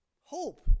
hope